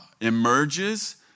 emerges